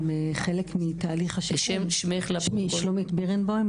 שמי שלומית בירנבוים,